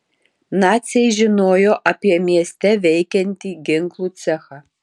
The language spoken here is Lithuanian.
naciai žinojo apie mieste veikiantį ginklų cechą